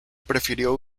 prefirió